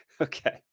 Okay